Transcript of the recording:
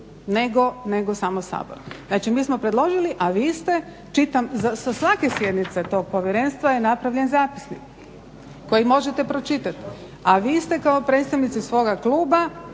nego samo Sabor. Znači, mi smo predložili, a vi ste čitam, sa svake sjednice tog povjerenstva je napravljen zapisnik koji možete pročitati, a vi ste kao predstavnici svoga kluba